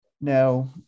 Now